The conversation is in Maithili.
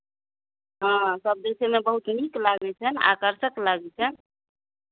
हँ सभ देखयमे बहुत नीक लागै छनि आकर्षक लागै छनि